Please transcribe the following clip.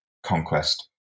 Conquest